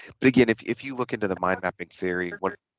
but again if if you look into the mind mapping theory what